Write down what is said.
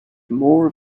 more